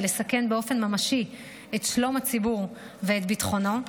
לסכן באופן ממשי את שלום הציבור ואת ביטחונו,